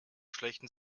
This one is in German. schlechten